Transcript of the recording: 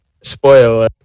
spoiler